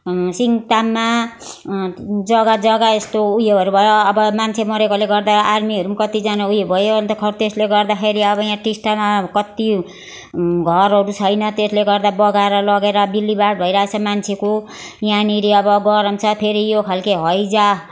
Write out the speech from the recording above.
सिङताममा जग्गा जग्गा यस्तो उयोहरू भयो अब मान्छे मरेकोले गर्दा आर्मीहरू पनि कतिजना उयो भयो अन्त त्यसले गर्दाखेरि अब यहाँ टिस्टामा कति घरहरू छैन त्यसले गर्दा बगाएर लगेर बिल्लीबाठ भइरहेछ मान्छेको यहाँनेरि अब गरम छ फेरि यो खालको हैजा